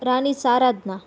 રાણી સારાધના